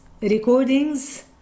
recordings